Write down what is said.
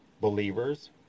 believers